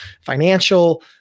financial